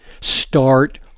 start